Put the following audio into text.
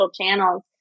channels